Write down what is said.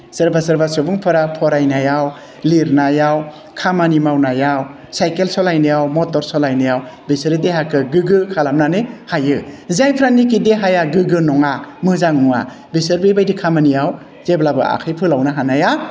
सोरबा सोरबा सुबुंफोरा फरायनायाव लिरनायाव खामानि मावनायाव साइकेल सालायनायाव मटर सालायनायाव बिसोरो देहाखौ गोग्गो खालामनानै हायो जायफोरानिकि देहाया गोग्गो नङा मोजां नङा बिसोर बेबायदि खामानियाव जेब्लाबो आखाइ फोलावनो हानाया